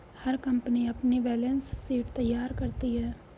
हर company अपनी balance sheet तैयार करती है